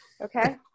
Okay